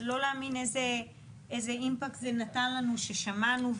לא להאמין איזה אימפקט זה נתן לנו כששמענו,